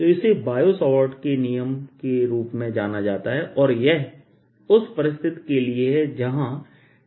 तो इसे Biot Savart के रूप में जाना जाता है और यह उस परिस्थिति के लिए है जहां dIdT0 है